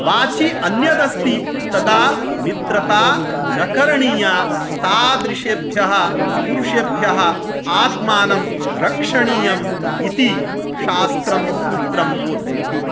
वाचि अन्यदस्ति तदा मित्रता न करणीया तादृशेभ्यः पुरुषेभ्यः आत्मानं रक्षणीयम् इति शास्त्रं सूत्रं बोधयति